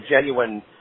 genuine